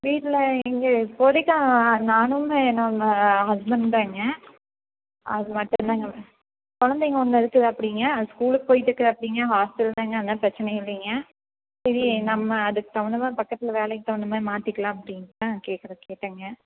வீட்டில் எங்கள் இப்போதிக்கு நானும் எ என்னோட ஹஸ்பண்ட் தாங்க அது மட்டும்தாங்க குழந்தைங்க ஒன்று இருக்குது அப்படிங்க அது ஸ்கூலுக்கு போயிட்டுருக்கறாப்பிடிங்க ஹாஸ்டல் தாங்க அதனால் பிரச்சனை இல்லைங்க சரி நம்ம அதற்கு தகுந்த மாதிரி பக்கத்தில் வேலைக்கு தகுந்த மாதிரி மாற்றிக்கிலாம் அப்படின் தான் கேட்கறேன் கேட்டங்க